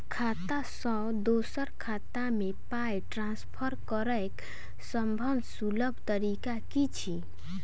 खाता सँ दोसर खाता मे पाई ट्रान्सफर करैक सभसँ सुलभ तरीका की छी?